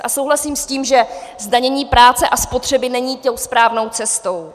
A souhlasím s tím, že zdanění práce a spotřeby není tou správnou cestou.